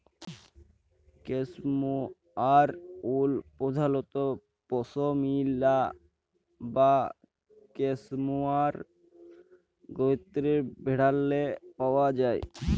cashmere wool পধালত পশমিলা বা ক্যাসমোয়ার গত্রের ভেড়াল্লে পাউয়া যায়